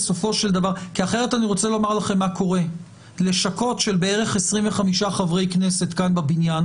מה שקורה זה שלשכות של בערך 25 חברי כנסת כאן בבניין